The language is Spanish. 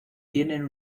tienen